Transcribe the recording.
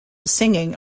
singing